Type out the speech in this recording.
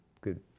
good